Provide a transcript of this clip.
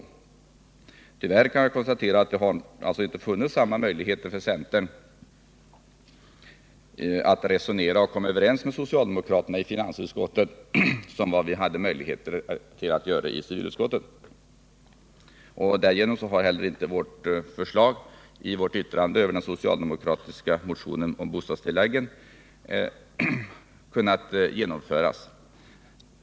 Tyvärr kan jag konstatera att det i finansutskottet inte har funnits samma möjligheter för centern att resonera och komma överens med socialdemokraterna som vi hade i civilutskottet. Därigenom har inte heller vårt förslag i yttrandet över den socialdemokratiska motionen om bostadstilläggen kunnat genomföras.